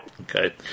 Okay